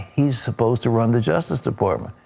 he is supposed to run the justice department.